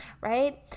right